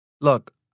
Look